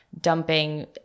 dumping